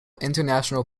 international